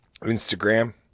instagram